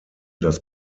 das